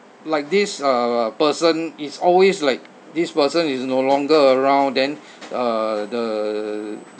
like this uh person is always like this person is no longer around then uh the